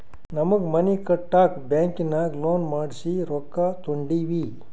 ನಮ್ಮ್ಗ್ ಮನಿ ಕಟ್ಟಾಕ್ ಬ್ಯಾಂಕಿನಾಗ ಲೋನ್ ಮಾಡ್ಸಿ ರೊಕ್ಕಾ ತೊಂಡಿವಿ